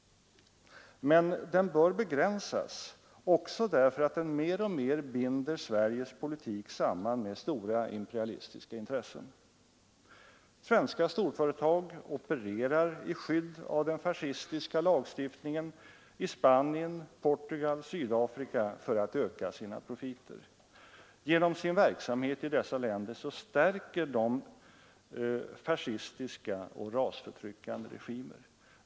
Men den bör begränsas också därför att den mer och mer binder Sveriges politik samman med stora imperialistiska intressen. Svenska storföretag opererar i skydd av den fascistiska lagstiftningen i Spanien, Portugal och Sydafrika för att öka sina profiter. Genom sin verksamhet i dessa länder stärker de svenska företagen fascistiska och rasförtryckande regimer.